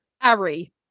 Harry